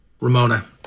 Ramona